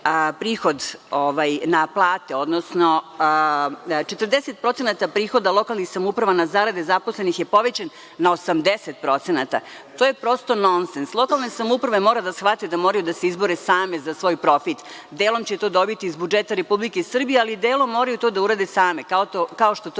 prihod na plate, odnosno 40% prihoda lokalnih samouprava na zarade zaposlenih je povećan na 80%. To je prosto nonses. Lokalne samouprave moraju da shvate da moraju da se izbore same za svoj profit. Delom će to dobiti iz budžeta Republike Srbije, ali delom moraju to da urade same, kao što to